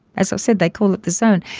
as i said, they call it the zone.